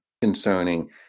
concerning